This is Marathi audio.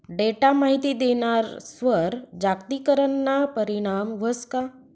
डेटा माहिती देणारस्वर जागतिकीकरणना परीणाम व्हस का?